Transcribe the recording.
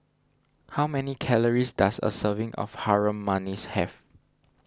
how many calories does a serving of Harum Manis have